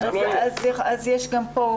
זה לא יהיה.